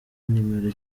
nimero